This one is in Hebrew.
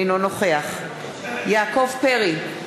אינו נוכח יעקב פרי,